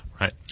right